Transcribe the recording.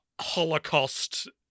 Holocaust